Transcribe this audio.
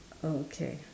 okay